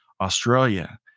Australia